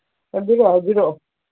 ꯑꯗꯨꯒ ꯍꯥꯏꯕꯤꯔꯛꯑꯣ